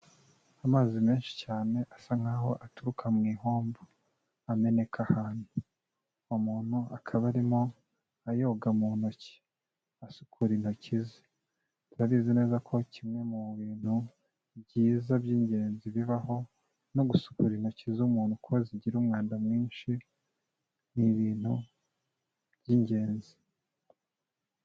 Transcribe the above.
Amazi menshi cyane asa nk'aho aturuka mu ihombo, ameneka ahantu. Umuntu akaba arimo ayoga mu ntoki, asukura intoki ze. Turabizi neza ko kimwe mu bintu byiza by'ingenzi bibaho, no gusukura intoki z'umuntu kuko zigira umwanda mwinshi, ni ibintu by'ingenzi.